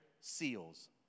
seals